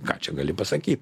ką čia gali pasakyt